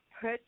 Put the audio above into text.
put